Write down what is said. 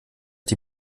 die